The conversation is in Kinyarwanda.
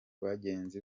bagenzi